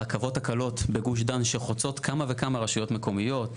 הרכבות הקלות בגוש דן שחוצות כמה וכמה רשויות מקומיות.